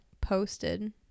posted